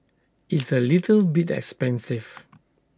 it's A little bit expensive